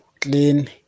clean